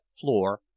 floor